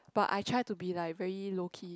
but I try to be like very low key